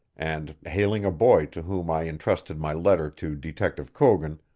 and, hailing a boy to whom i intrusted my letter to detective coogan,